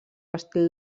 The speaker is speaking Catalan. estil